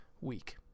week